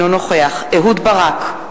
אינו נוכח אהוד ברק,